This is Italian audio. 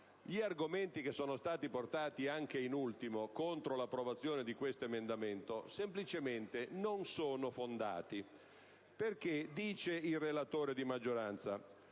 gli argomenti che sono stati portati anche in ultimo contro l'approvazione di questo emendamento semplicemente non sono fondati. Dice il relatore di maggioranza: